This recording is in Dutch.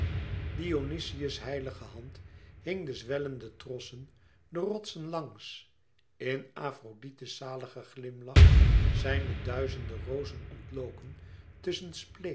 dionyzos heilige hand hing de zwellende trossen de rotsen langs in afrodite's zaligen glimlach zijn de duizende rozen ontloken tusschen